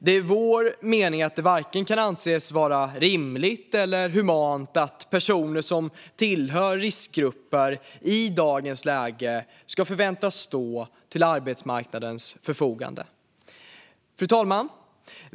Det är vår mening att det varken kan anses vara rimligt eller humant att personer som tillhör riskgrupper i dagens läge ska förväntas stå till arbetsmarknadens förfogande. Fru talman!